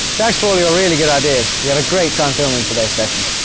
thanks for all your really good ideas, we had great time filming today's session!